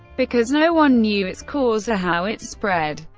because no one knew its cause or how it spread.